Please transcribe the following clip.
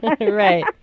Right